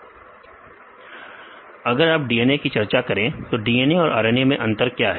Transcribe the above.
विद्यार्थी thymine thymine विद्यार्थी thymine और RNA विद्यार्थी यूरेसिल अगर आप DNA की चर्चा करें तो DNA और RNA में क्या अंतर है